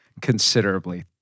considerably